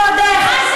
זה קשור ועוד איך.